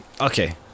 Okay